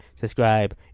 subscribe